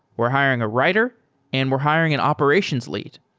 we're hiring a writer and we're hiring an operations lead.